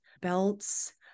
belts